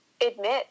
admit